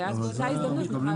ואז באותה הזדמנות נוכל ------ אבל